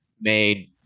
made